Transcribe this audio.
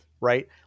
right